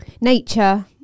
nature